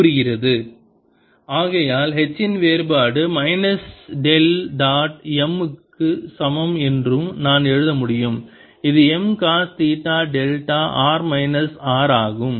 M Mcosθδ ஆகையால் H இன் வேறுபாடு மைனஸ் டெல் டாட் M க்கு சமம் என்று நான் எழுத முடியும் இது M cos theta delta r minus R ஆகும்